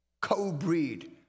co-breed